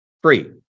free